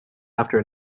after